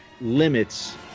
limits